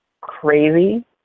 crazy